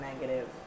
negative